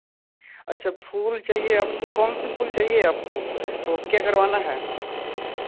अच्छा फूल चाहिए आपको कौन से फूल चाहिए आपको वह क्या करवाना है